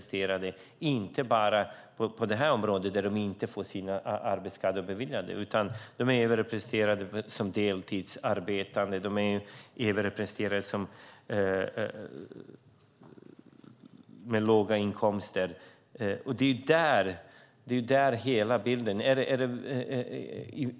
Det gäller inte bara på det här området, utan de är även överrepresenterade bland deltidsarbetande och bland dem med låga inkomster. Det är så det ser ut.